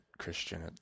christian